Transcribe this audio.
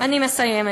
אני מסיימת.